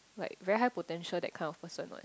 like very high potential that kind of person one